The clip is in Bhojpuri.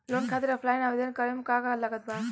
लोन खातिर ऑफलाइन आवेदन करे म का का लागत बा?